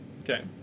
Okay